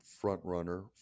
front-runner